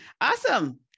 Awesome